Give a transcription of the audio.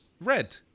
red